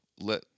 let